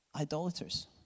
idolaters